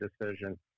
decision